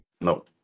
No